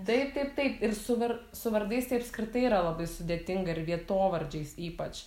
taip taip taip ir su ver su vardais tai apskritai yra labai sudėtinga ir vietovardžiais ypač